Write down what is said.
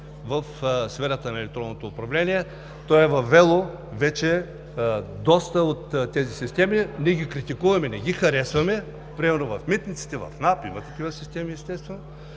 в сферата на електронното управление. То е въвело вече доста от тези системи. Ние ги критикуваме, не ги харесваме – примерно в Митниците, в НАП има такива системи за